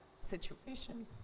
situation